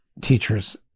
teachers